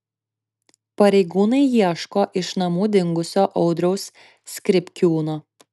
pareigūnai ieško iš namų dingusio audriaus skripkiūno